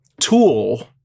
tool